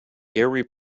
gary